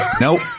Nope